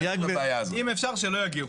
אם אפשר, שלא יגיעו.